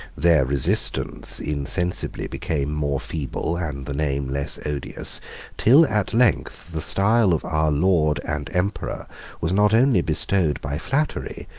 their resistance insensibly became more feeble, and the name less odious till at length the style of our lord and emperor was not only bestowed by flattery,